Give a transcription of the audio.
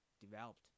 developed